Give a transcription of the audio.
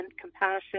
compassion